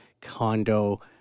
condo